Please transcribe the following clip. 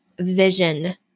vision